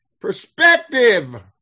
perspective